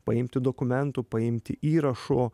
paimti dokumentų paimti įrašo